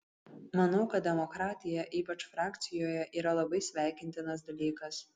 manau kad demokratija ypač frakcijoje yra labai sveikintinas dalykas